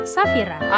Safira